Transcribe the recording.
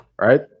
right